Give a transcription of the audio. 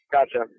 Gotcha